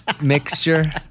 mixture